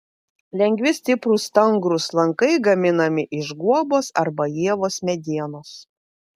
lengvi stiprūs stangrūs lankai gaminami iš guobos arba ievos medienos